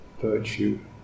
virtue